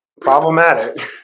problematic